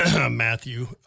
Matthew